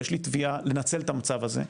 יש לי תביעה לנצל את המצב הזה.